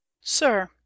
Sir